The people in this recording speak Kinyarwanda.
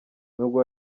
nubwo